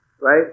right